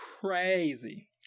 crazy